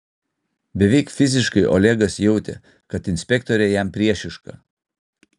beveik fiziškai olegas jautė kad inspektorė jam priešiška